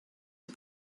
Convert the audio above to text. are